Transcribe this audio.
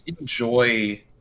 enjoy